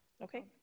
Okay